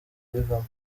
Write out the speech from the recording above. bivamo